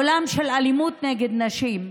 עולם של אלימות נגד נשים: